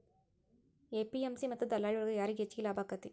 APMC ಮತ್ತ ದಲ್ಲಾಳಿ ಒಳಗ ಯಾರಿಗ್ ಹೆಚ್ಚಿಗೆ ಲಾಭ ಆಕೆತ್ತಿ?